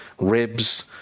ribs